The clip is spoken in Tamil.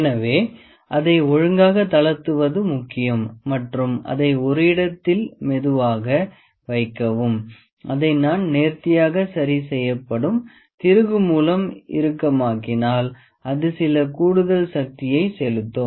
எனவே அதை ஒழுங்காக தளர்த்துவது முக்கியம் மற்றும் அதை ஒரு இடத்தில மெதுவாக வைக்கவும் அதை நான் நேர்த்தியாக சரிசெய்யப்படும் திருகு மூலம் இறுக்கமாக்கினால் அது சில கூடுதல் சக்தியை செலுத்தும்